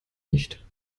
nicht